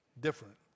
different